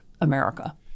America